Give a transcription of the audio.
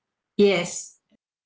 yes